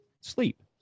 sleep